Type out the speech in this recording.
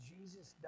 Jesus